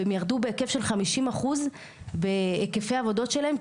והם ירדו בהיקף של חמישים אחוז בהיקפי העבודות שלהם,